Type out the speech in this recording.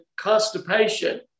constipation